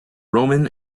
roman